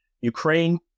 Ukraine